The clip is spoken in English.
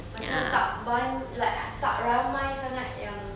macam tak ban~ like tak ramai sangat yang